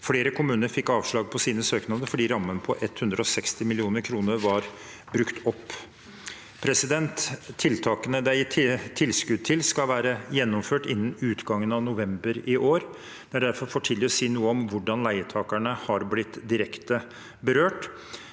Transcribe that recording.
Flere kommuner fikk avslag på sine søknader fordi rammen på 160 mill. kr var brukt opp. Tiltakene det er gitt tilskudd til, skal være gjennomført innen utgangen av november i år. Det er derfor for tidlig å si noe om hvordan leietakerne har blitt direkte berørt.